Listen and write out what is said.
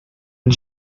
and